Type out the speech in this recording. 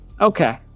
Okay